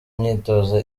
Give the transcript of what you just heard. imyitozo